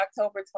october